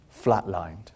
flatlined